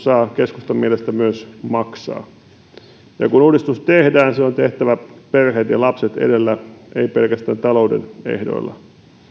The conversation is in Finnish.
saa keskustan mielestä myös maksaa ja kun uudistus tehdään se on tehtävä perheet ja lapset edellä ei pelkästään talouden ehdoilla